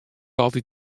altyd